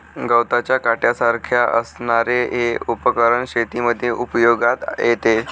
गवताच्या काट्यासारख्या असणारे हे उपकरण शेतीमध्ये उपयोगात येते